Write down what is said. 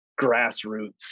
grassroots